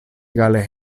egale